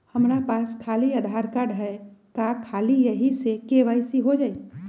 हमरा पास खाली आधार कार्ड है, का ख़ाली यही से के.वाई.सी हो जाइ?